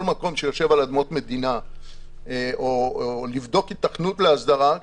מקום שיושב על אדמות מדינה או לבדוק היתכנות להסדרה,